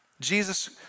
Jesus